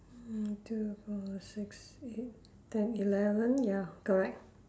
hmm two four six eight ten eleven ya correct